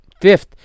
fifth